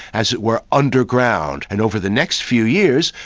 as it were, underground. and over the next few years,